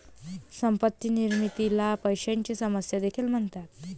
संपत्ती निर्मितीला पैशाची समस्या देखील म्हणतात